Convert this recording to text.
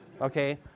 Okay